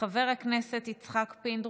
חבר הכנסת יצחק פינדרוס,